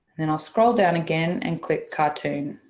then i'll scroll down again and click cartoon.